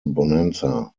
bonanza